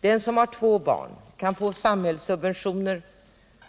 Den som har två barn kan få samhällssubventioner